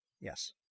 Yes